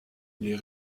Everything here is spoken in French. les